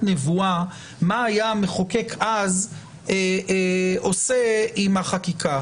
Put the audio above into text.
נבואה מה היה המחוקק אז עושה עם החקיקה,